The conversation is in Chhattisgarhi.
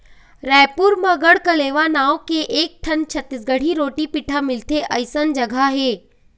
रइपुर म गढ़कलेवा नांव के एकठन छत्तीसगढ़ी रोटी पिठा मिलथे अइसन जघा हे